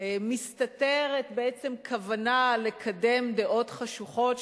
מסתתרת בעצם כוונה לקדם דעות חשוכות,